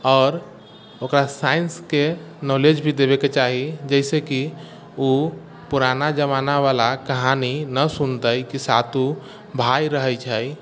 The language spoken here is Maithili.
आओर ओकरा साइन्सके नोलेज भी देबेके चाही जैसे कि ओ पुराना जमाना बला कहानी नहि सुनतै कि सातो भाय रहैत छै